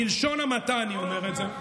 בלשון המעטה אני אומר את זה.